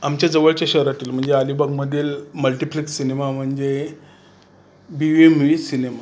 आमच्या जवळच्या शहरातील म्हणजे अलिबागमधील मल्टिप्लेक्स सिनेमा म्हणजे बी एम व्ही सिनेमा